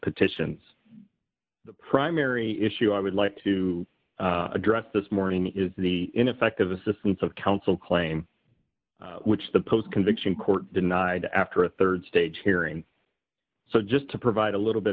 petitions the primary issue i would like to address this morning is the ineffective assistance of counsel claim which the post conviction court denied after a rd stage hearing so just to provide a little bit